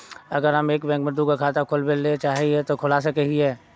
अगर हम एक बैंक में ही दुगो खाता खोलबे ले चाहे है ते खोला सके हिये?